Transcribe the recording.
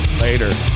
later